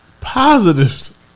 Positives